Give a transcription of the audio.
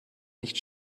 nicht